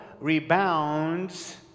rebounds